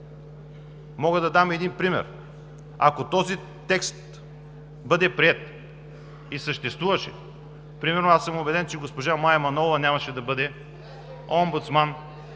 мога да дам един пример. Ако този текст бъде приет и съществуваше, примерно аз съм убеден, че госпожа Мая Манолова нямаше да бъде омбудсман,